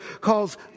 calls